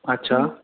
अच्छा